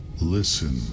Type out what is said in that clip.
Listen